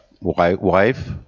wife